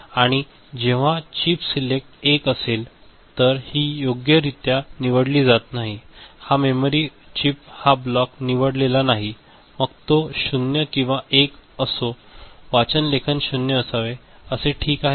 आणि जेव्हा chip select 1 असेल तर ती योग्यरित्या निवडली जात नाही हा मेमरी चिप हा ब्लॉक निवडलेला नाही मग तो 0 किंवा 1 असो वाचन लेखन 0 असावे ते ठीक आहे का